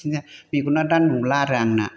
बिदिनो मेगना दा नुला आरो आंना